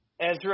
Ezra